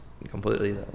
Completely